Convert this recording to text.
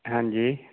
ਹਾਂਜੀ